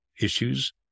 issues